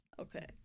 Okay